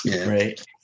right